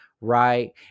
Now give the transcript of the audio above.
right